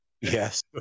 Yes